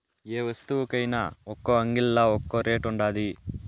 యే వస్తువుకైన ఒక్కో అంగిల్లా ఒక్కో రేటు ఉండాది